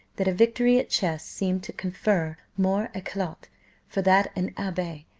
that a victory at chess seemed to confer more eclat for that an abbe,